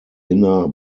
inner